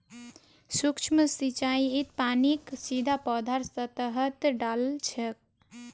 सूक्ष्म सिंचाईत पानीक सीधा पौधार सतहत डा ल छेक